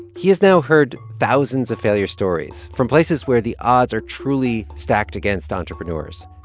he has now heard thousands of failure stories from places where the odds are truly stacked against entrepreneurs.